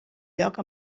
lloc